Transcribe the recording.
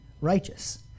righteous